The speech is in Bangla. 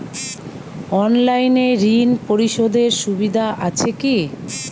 অনলাইনে ঋণ পরিশধের সুবিধা আছে কি?